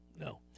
no